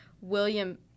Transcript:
William